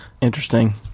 Interesting